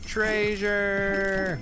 Treasure